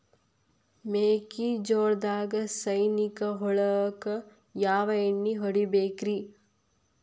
ಮೆಕ್ಕಿಜೋಳದಾಗ ಸೈನಿಕ ಹುಳಕ್ಕ ಯಾವ ಎಣ್ಣಿ ಹೊಡಿಬೇಕ್ರೇ?